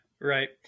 Right